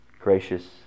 gracious